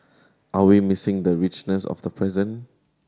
are we missing the richness of the present